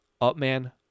Upman